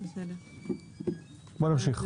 חיים,